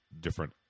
different